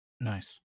nice